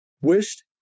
wished